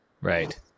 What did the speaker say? Right